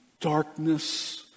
Darkness